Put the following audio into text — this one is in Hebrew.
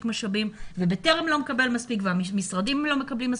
משאבים ובטרם לא מקבל מספיק והמשרדים לא מקבלים מספיק,